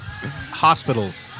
Hospitals